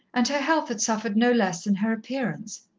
and her health had suffered no less than her appearance.